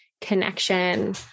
connection